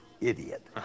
Idiot